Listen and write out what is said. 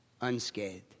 unscathed